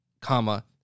comma